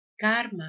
Karma